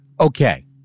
Okay